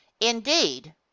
indeed